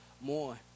more